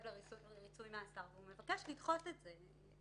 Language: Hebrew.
לריצוי מאסר והוא מבקש לדחות את זה.